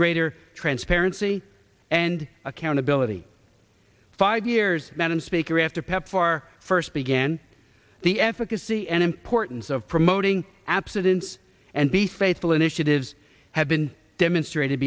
greater transparency and accountability five years madam speaker after pepfar first began the efficacy and importance of promoting abstinence and be faithful initiatives have been demonstrated